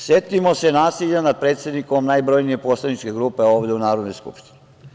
Setimo se nasilja nad predsednikom najbrojnije poslaničke grupe ovde u Narodnoj skupštini.